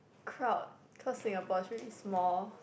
crowd because Singapore's really small